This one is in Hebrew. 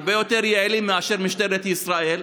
הרבה יותר יעילים מאשר משטרת ישראל,